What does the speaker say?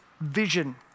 vision